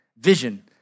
vision